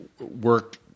work